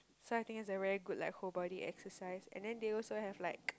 so I think it's a very good like whole body exercise and then they also have like